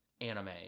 anime